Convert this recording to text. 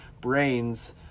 brains